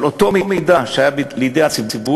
אבל אותו מידע היה בידי הציבור